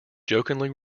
jokingly